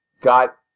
got